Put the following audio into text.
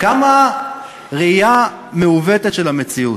כמה ראייה מעוותת של המציאות,